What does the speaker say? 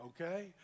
okay